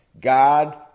God